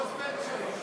רוזוולט, שלוש.